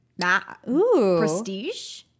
Prestige